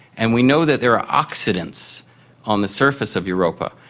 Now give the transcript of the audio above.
and we know that there are oxidants on the surface of europa.